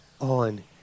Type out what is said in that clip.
on